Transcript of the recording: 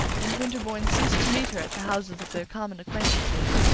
and winterbourne ceased to meet her at the houses of their common acquaintances,